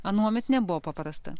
anuomet nebuvo paprasta